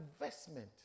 investment